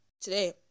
today